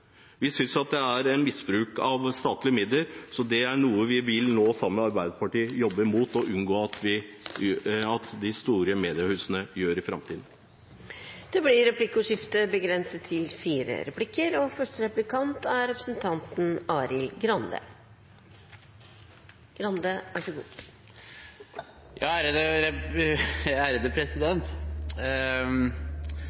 Vi synes det er misbruk av statlige midler, så det er noe vi sammen med Arbeiderpartiet nå vil jobbe for å unngå at de store mediehusene gjør i framtiden. Det blir replikkordskifte. Som representant fra Trøndelag må jeg først si at jeg stiller meg helt uforstående til